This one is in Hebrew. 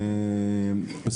לדוגמה בתי ספר של האונר״א ואחרים.